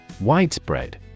Widespread